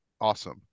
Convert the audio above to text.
awesome